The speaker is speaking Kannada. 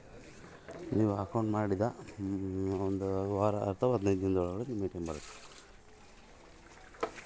ಸರ್ ನನ್ನ ಎ.ಟಿ.ಎಂ ಯಾವಾಗ ಬರತೈತಿ?